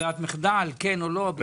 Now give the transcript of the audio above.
ברירת מחדל כן או לא.